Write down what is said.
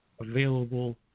available